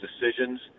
decisions